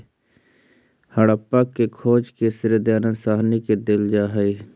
हड़प्पा के खोज के श्रेय दयानन्द साहनी के देल जा हई